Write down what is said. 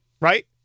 right